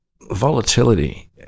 volatility